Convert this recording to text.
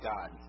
God